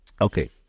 Okay